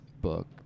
book